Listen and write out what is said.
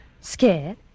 Scared